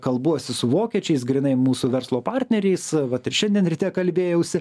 kalbuosi su vokiečiais grynai mūsų verslo partneriais vat ir šiandien ryte kalbėjausi